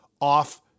off